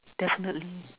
definitely